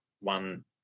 one